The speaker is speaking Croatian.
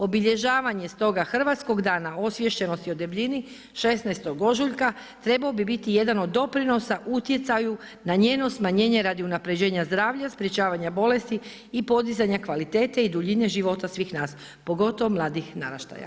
Obilježavanje stoga hrvatskog dana osviještenosti o debljini 16. ožujka trebao bi biti jedan od doprinosa utjecaju na njeno smanjenje radi unapređenja zdravlja, sprječavanja bolesti i podizanja kvaliteta i duljine života svih nas pogotovo mladih naraštaja.